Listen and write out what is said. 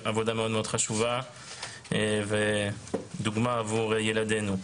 עבודה מאוד מאוד חשובה ודוגמה עבור ילדינו.